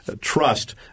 trust